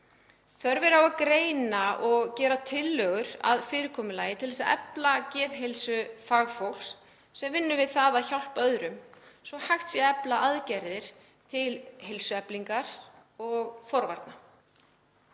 Þörf er á að greina og gera tillögur að fyrirkomulagi til þess að efla geðheilsu fagfólks sem vinnur við að hjálpa öðrum svo að hægt sé að efla aðgerðir til heilsueflingar og forvarna.